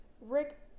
rick